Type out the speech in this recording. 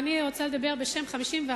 אני רוצה לדבר בשם 51%,